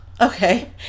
Okay